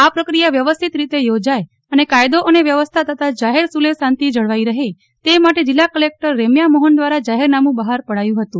આ પ્રક્રિયા વ્યવસ્થિત રીતે યોજાય અને કાયદો અને વ્યવસ્થા તથા જાહેર સુલેહ શાંતિ જળવાઇ રહે તે માટે જિલ્લા કલેક્ટર રેમ્યા મોહન દ્વારા જાહેરનામું બહાર પડાયું હતું